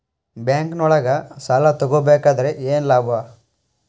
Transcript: ಬ್ಯಾಂಕ್ನೊಳಗ್ ಸಾಲ ತಗೊಬೇಕಾದ್ರೆ ಏನ್ ಲಾಭ?